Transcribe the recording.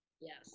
yes